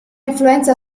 influenza